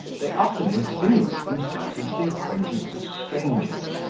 they often insinuate themselves into the acquaintance of strangers,